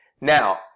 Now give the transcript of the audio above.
Now